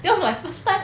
then I'm like first time